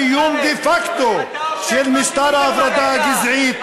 ובקיום דה-פקטו של משטר ההפרדה הגזעית,